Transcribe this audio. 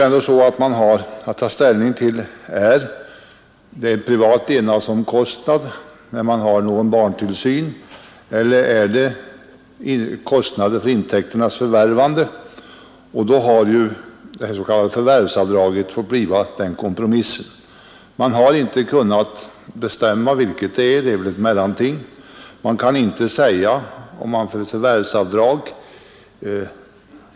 Vad man har att ta ställning till är om utgiften för barntillsyn är en privat levnadsomkostnad eller om det är en kostnad för intäkternas förvärvande. Det s.k. förvärvsavdraget har då fått bli kompromissen. Man har inte kunnat bestämma vad för slags kostnad utgiften för barntillsyn är, det är väl ett mellanting mellan de två nämnda.